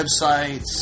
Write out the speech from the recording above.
websites